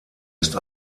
ist